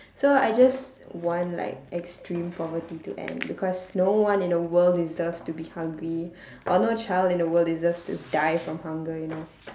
so I just want like extreme poverty to end because no one in the world deserves to be hungry or no child in the world deserves to die from hunger you know